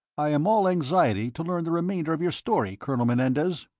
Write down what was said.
i am all anxiety to learn the remainder of your story, colonel menendez.